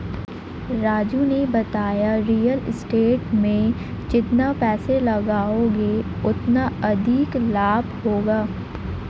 राजू ने बताया real estate में जितना पैसे लगाओगे उतना अधिक लाभ होगा